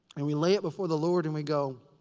and we lay it before the lord. and we go,